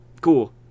cool